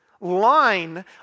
line